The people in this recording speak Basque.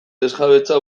desjabetzea